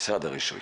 משרד הרישוי